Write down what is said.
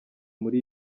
muri